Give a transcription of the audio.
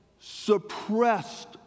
suppressed